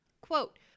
Quote